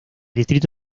distrito